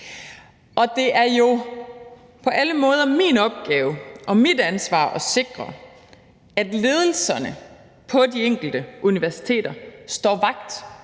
Og det er jo på alle måder min opgave og mit ansvar at sikre, at ledelserne på de enkelte universiteter står vagt